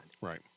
Right